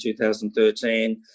2013